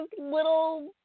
little